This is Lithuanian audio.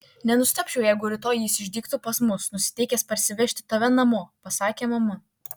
nenustebčiau jeigu rytoj jis išdygtų pas mus nusiteikęs parsivežti tave namo pasakė mama